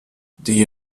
die